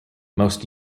most